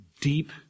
deep